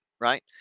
right